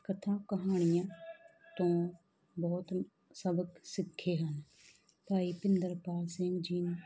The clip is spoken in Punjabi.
ਕਥਾ ਕਹਾਣੀਆਂ ਤੋਂ ਬਹੁਤ ਸਬਕ ਸਿੱਖੇ ਹਨ ਭਾਈ ਪਿੰਦਰਪਾਲ ਸਿੰਘ ਜੀ